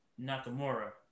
Nakamura